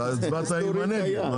הצבעת נגד.